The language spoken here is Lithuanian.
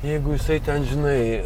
jeigu jisai ten žinai